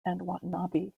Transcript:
helped